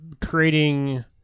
creating